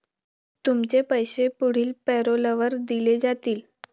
तुमचे पैसे पुढील पॅरोलवर दिले जातील